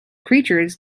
creatures